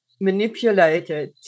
manipulated